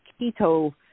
keto